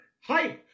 Hi